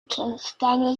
kingston